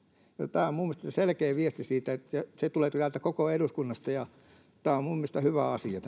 tämä on minun mielestäni selkeä viesti siitä että se tulee täältä koko eduskunnasta ja tämä on minun mielestäni hyvä asia